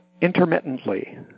intermittently